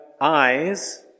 eyes